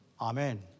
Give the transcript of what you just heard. Amen